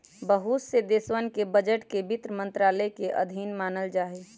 बहुत से देशवन के बजट के वित्त मन्त्रालय के अधीन मानल जाहई